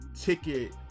ticket